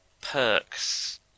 perks